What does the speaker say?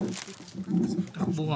כל